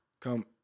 Come